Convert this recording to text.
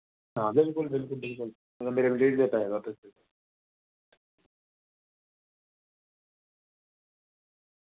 हां बिलकुल बिलकुल बिलकुल